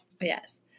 Yes